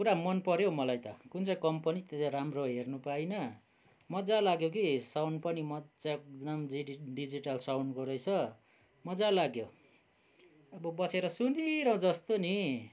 पुरा मनपऱ्यो हौ मलाई त कुन चाहिँ कम्पनी त्यो चाहिँ राम्रो हेर्नु पाइनँ मज्जा लाग्यो कि साउन्ड पनि मज्जा एकदम जिडी डिजिटल साउन्डको रहेछ मजा लाग्यो अब बसेर सुनिरहूँ जस्तो नि